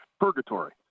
purgatory